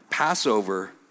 Passover